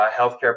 healthcare